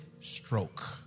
stroke